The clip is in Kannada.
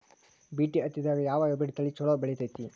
ಬಿ.ಟಿ ಹತ್ತಿದಾಗ ಯಾವ ಹೈಬ್ರಿಡ್ ತಳಿ ಛಲೋ ಬೆಳಿತೈತಿ?